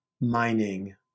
mining